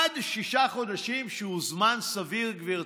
עד שישה חודשים, שהוא זמן סביר, גברתי,